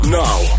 now